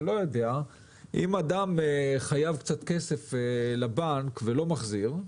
אם אדם חייב קצת כסף לבנק ולא מחזיר,